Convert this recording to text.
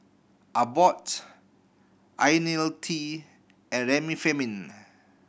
Abbott Ionil T and Remifemin